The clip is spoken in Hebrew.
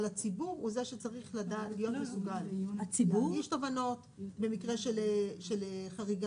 אבל הציבור הוא זה שצריך להיות מסוגל להגיש תובענות במקרה של חריגה.